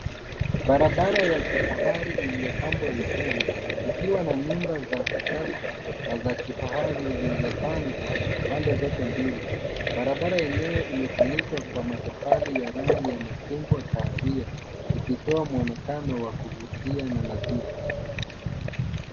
Barabara ya kifahari iliyopambwa vizuri ikiwa na nyumba za kisasa na za kifahari zilizopangwa pande zote mbili. Barabara yenyewe imefunikwa kwa matofali ya rangi ya machungwa kahawia ikitoa mwonekano wa kuvutia na nadhifu.